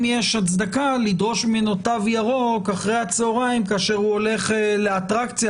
הצדקה לדרוש ממנו תו ירוק אחר הצוהריים כאשר הוא הולך לאטרקציה,